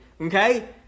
okay